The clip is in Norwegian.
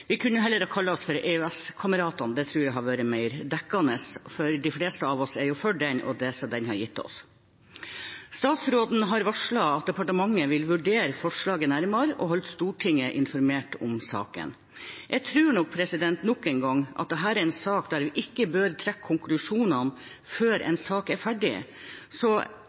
vi kunne heller ha kalt oss for EØS-kameratene, det tror jeg hadde vært mer dekkende, for de fleste av oss er for EØS-avtalen og det den har gitt oss. Statsråden har varslet at departementet vil vurdere forslaget nærmere og holde Stortinget informert om saken. Jeg tror nok at dette nok en gang er en sak der vi ikke bør trekke konklusjonene før en sak er ferdig, så